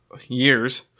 years